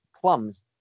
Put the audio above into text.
plums